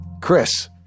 Chris